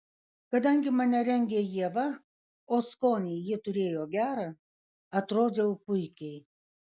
kadangi mane rengė ieva o skonį ji turėjo gerą atrodžiau puikiai